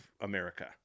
America